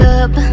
up